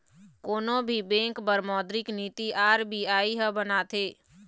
कोनो भी बेंक बर मोद्रिक नीति आर.बी.आई ह बनाथे